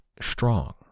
strong